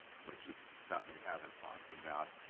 which is something we haven't talked about,